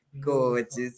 gorgeous